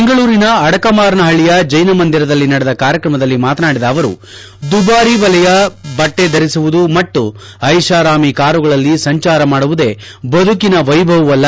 ಬೆಂಗಳೂರಿನ ಅಡಕಮಾರನಪಳ್ಳಿಯ ಜೈನ ಮಂದಿರದಲ್ಲಿ ನಡೆದ ಕಾರ್ಯಕ್ರಮದಲ್ಲಿ ಮಾತನಾಡಿದ ಅವರು ದುಬಾರಿ ಬೆಲೆಯ ಬಟ್ಟೆಧರಿಸುವುದು ಮತ್ತು ಐಷಾರಾಮಿ ಕಾರುಗಳಲ್ಲಿ ಸಂಜಾರ ಮಾಡುವುದೇ ಬದುಕಿನ ವೈಭವವಲ್ಲ